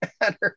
matter